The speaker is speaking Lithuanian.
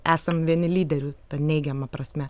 esam vieni lyderių ta neigiama prasme